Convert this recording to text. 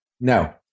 No